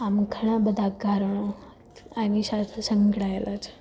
આમ ઘણાં બધાં કારણો આની સાથે સંકળાયેલાં છે